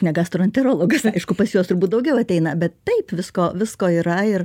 ne gastroenterologas na aišku pas juos turbūt daugiau ateina bet taip visko visko yra ir